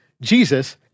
Jesus